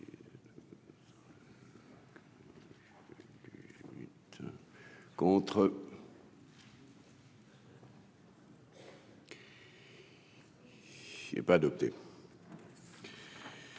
Contre. Il est pas adopté.